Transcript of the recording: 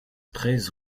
treize